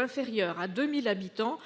inférieure à 2 000 habitants